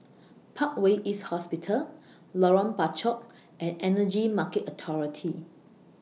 Parkway East Hospital Lorong Bachok and Energy Market Authority